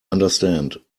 understand